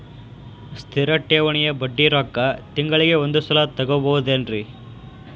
ಸ್ಥಿರ ಠೇವಣಿಯ ಬಡ್ಡಿ ರೊಕ್ಕ ತಿಂಗಳಿಗೆ ಒಂದು ಸಲ ತಗೊಬಹುದೆನ್ರಿ?